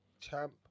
champ